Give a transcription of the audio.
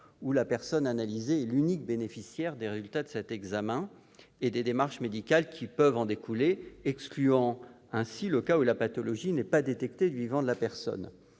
où la personne analysée est l'unique bénéficiaire des résultats de cet examen et des démarches médicales qui peuvent en découler. Est ainsi exclu le cas où la pathologie n'est pas détectée du vivant de la personne.